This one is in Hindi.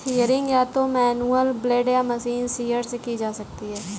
शियरिंग या तो मैनुअल ब्लेड या मशीन शीयर से की जा सकती है